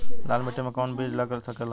लाल मिट्टी में कौन कौन बीज लग सकेला?